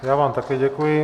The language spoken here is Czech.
Já vám také děkuji.